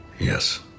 Yes